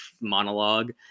monologue